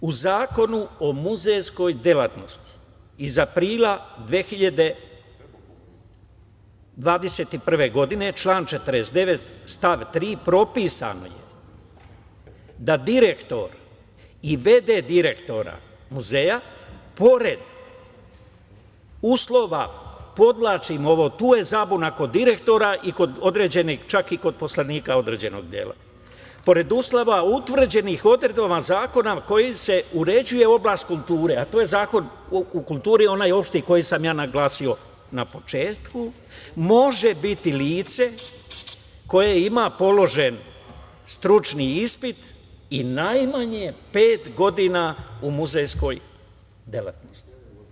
U Zakonu o muzejskoj delatnosti iz aprila 2021. godine, član 49. stav 3. propisano je da direktor i v.d. direktora muzeja, pored uslova, podvlačim ovom, tu je zabuna, kod direktora i kod određenih, čak i kod poslanika određenog dela, "pored uslova utvrđenih odredbama zakona kojim se uređuje oblast kulture", to je Zakon o kulturi, onaj opšti, koji sam naglasio na početku, "može biti lice koje ima položen stručni ispit i najmanje pet godina u muzejskoj delatnosti"